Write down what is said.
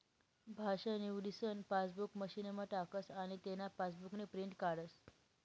भाषा निवडीसन पासबुक मशीनमा टाकस आनी तेना पासबुकनी प्रिंट काढस